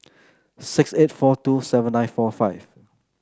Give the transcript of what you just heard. six eight four two seven nine four five